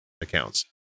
accounts